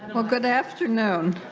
well good afternoon